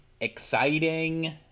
exciting